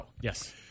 yes